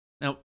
Now